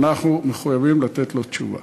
אנחנו מחויבים לתת לו תשובה.